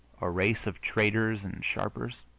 a race of traders and sharpers?